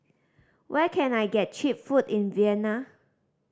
where can I get cheap food in Vienna